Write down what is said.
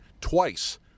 twice